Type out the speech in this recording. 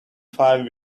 five